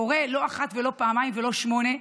קורה לא פעם ולא פעמיים ולא שמונה,